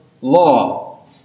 Law